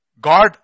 God